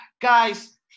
Guys